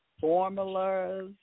formulas